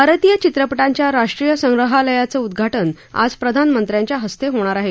भारतीय चित्रपटांच्या राष्ट्रीय संग्रहालयाचं उद्घाटन आज प्रधानमंत्र्यांच्या हस्ते होणार आहे